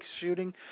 shooting